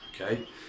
Okay